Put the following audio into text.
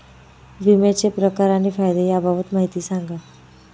विम्याचे प्रकार आणि फायदे याबाबत माहिती सांगा